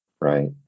right